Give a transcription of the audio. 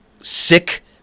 sick